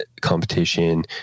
competition